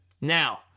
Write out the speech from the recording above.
Now